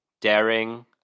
daring